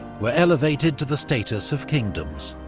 were elevated to the status of kingdoms.